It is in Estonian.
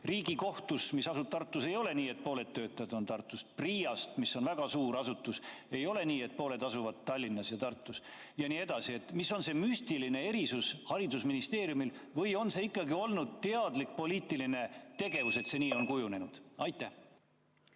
Riigikohtus, mis asub Tartus, ei ole nii, et pooled töötajad on Tartus, PRIA-s, mis on väga suur asutus, ei ole nii, et pooled asuvad Tallinnas ja pooled Tartus. Mis on see müstiline erisus haridusministeeriumil? Või on see ikkagi olnud teadlik poliitiline tegevus, et nii on kujunenud? Aitäh!